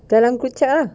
dalam group chat ah